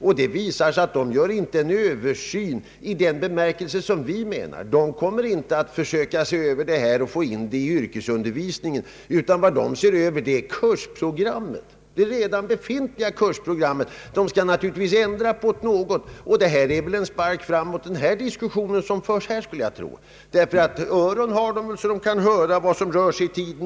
Det har visat sig att de inte skall göra en översyn i den bemärkelse vi menar. De kommer inte att försöka se över detta område och få in ämnena i yrkesundervisningen, utan de ser över det redan befintliga kursprogrammet. De skall naturligtvis ändra på det något. Den diskussion som här förs är nog en spark framåt. De som skall göra översynen har väl öron, så att de något kan höra vad som rör sig i tiden.